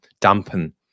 dampen